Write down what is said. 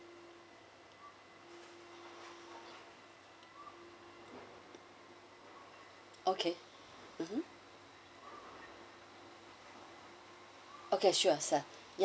okay mmhmm okay sure sir